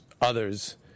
others